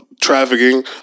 trafficking